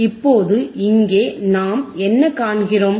இப்போது இங்கே நாம் என்ன காண்கிறோம்